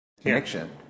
connection